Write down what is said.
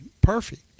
perfect